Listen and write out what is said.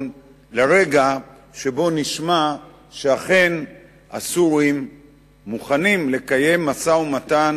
לרגע שבו נשמע שאכן הסורים מוכנים לקיים משא-ומתן